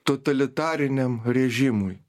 totalitariniam režimui